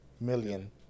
million